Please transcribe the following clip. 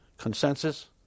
consensus